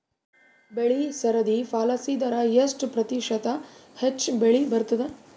ಬೆಳಿ ಸರದಿ ಪಾಲಸಿದರ ಎಷ್ಟ ಪ್ರತಿಶತ ಹೆಚ್ಚ ಬೆಳಿ ಬರತದ?